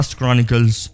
Chronicles